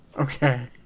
Okay